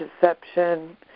deception